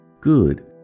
good